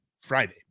Friday